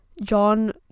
John